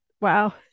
wow